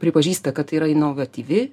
pripažįsta kad tai yra inovatyvi